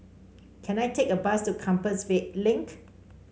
can I take a bus to Compassvale Link